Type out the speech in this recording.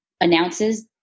announces